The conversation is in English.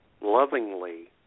lovingly